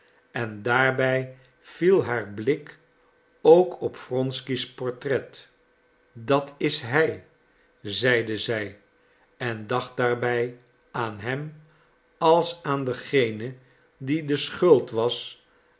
en daarbij viel haar blik ook op wronsky's portret dat is hij zeide zij en dacht daarbij aan hem als aan dengene die de schuld was